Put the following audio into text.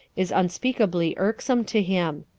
is unspeakably irksome to him.